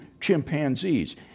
chimpanzees